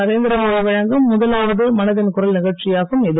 நரேந்திரமோடி வழங்கும் முதலாவது மனதின் குரல் நிகழ்ச்சியாகும் இது